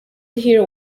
here